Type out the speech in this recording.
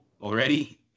already